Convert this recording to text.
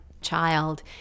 child